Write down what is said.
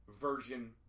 version